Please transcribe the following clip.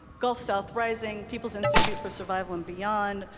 gulf south rising, people's institute for survival and beyond,